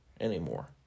anymore